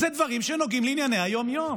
אלה דברים שנוגעים לענייני היום-יום.